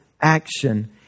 action